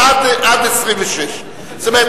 זה עד 26. זאת אומרת,